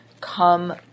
come